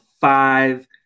five